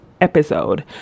episode